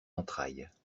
entrailles